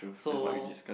so